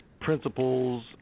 principles